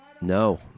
No